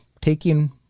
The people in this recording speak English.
taking